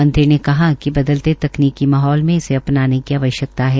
मंत्री ने कहा कि बदलते तकनीक माहौल में इसे अपनाने की आवश्यकता है